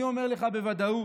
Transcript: אני אומר לך בוודאות,